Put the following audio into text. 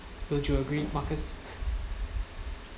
don't you agree marcus